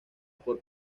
por